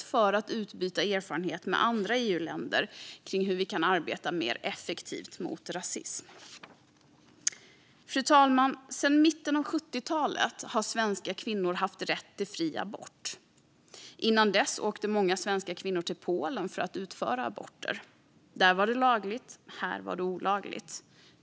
för utbyte av erfarenhet med andra EU-länder kring hur vi kan arbeta mer effektivt mot rasism. Fru talman! Sedan mitten av 70-talet har svenska kvinnor haft rätt till fri abort. Innan dess åkte många svenska kvinnor till Polen för att utföra abort. Där var det lagligt, här var det olagligt.